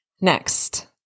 Next